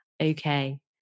okay